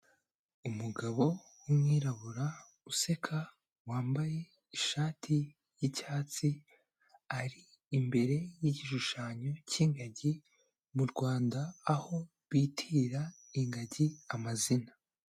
Umugabo w'umwirabura useka wambaye ishati y'icyatsi, ari imbere y'igishushanyo k'ingagi mu Rwanda, aho bitirira ingagi amazina.